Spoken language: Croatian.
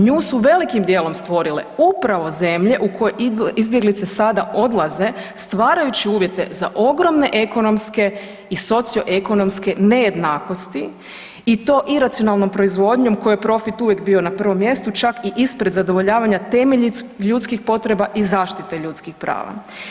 Nju su velikim dijelom stvorile upravo zemlje u koje izbjeglice sada odlaze stvarajući uvjete za ogromne ekonomske i socioekonomske nejednakosti i to iracionalnom proizvodnjom kojoj je profit uvijek bio na prvom mjestu čak i ispred zadovoljavanja temeljnih ljudskih potreba i zaštite ljudskih prava.